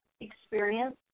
experience